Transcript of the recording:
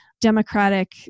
democratic